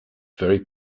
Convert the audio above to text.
very